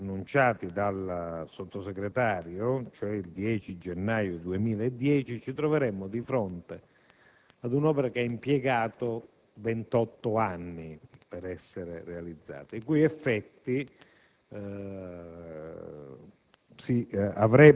annunciati dal Sottosegretario, cioè il 10 gennaio 2010, ci troveremmo di fronte ad un'opera che ha impiegato ventotto anni per essere realizzata, i cui effetti